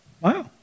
Wow